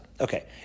Okay